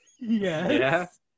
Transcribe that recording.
Yes